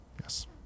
Yes